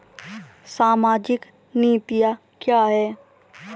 सामाजिक नीतियाँ क्या हैं?